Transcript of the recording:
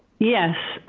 yes.